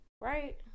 Right